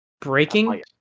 breaking